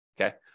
Okay